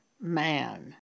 man